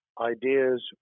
ideas